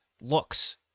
looks